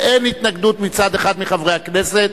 ואין התנגדות מצד אחד מחברי הכנסת.